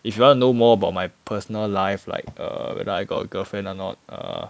if you want to know more about my personal life like err whether I got girlfriend or not err